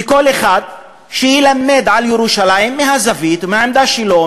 וכל אחד ילמד על ירושלים מהזווית ומהעמדה שלו,